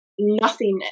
nothingness